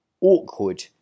awkward